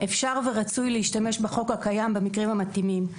אפשר ורצוי להשתמש בחוק הקיים במקרים המתאימים.